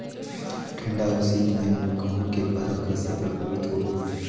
ठंडा अउ शीत मे मोर गहूं के फसल कइसे प्रभावित होही?